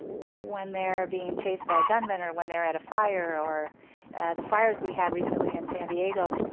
when they're being chased by a gunman or when they're at a fire, or the fire's we had recently in san diego.